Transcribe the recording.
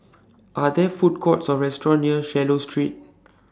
Are There Food Courts Or restaurants near Swallow Street